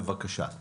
בבקשה.